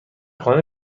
خانه